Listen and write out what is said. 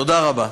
תודה רבה.